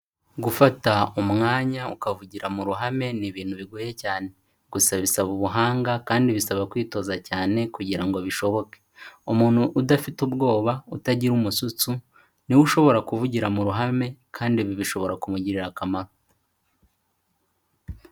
Gufata umwanya ukavugira mu ruhame ni ibintu bigoye cyane gusa bisaba ubuhanga kandi bisaba kwitoza cyane kugira ngo bishoboke. Umuntu udafite ubwoba, utagira umususu, niwe ushobora kuvugira mu ruhame kandi ibi bishobora kumugirira akamaro.